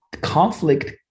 conflict